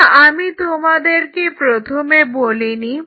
এটা আমি তোমাদেরকে প্রথমে বলিনি